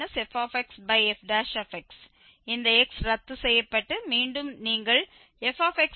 இந்த x ரத்து செய்யப்பட்டு மீண்டும் நீங்கள் fx0 ஐப் பெறுவீர்கள்